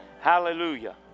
Hallelujah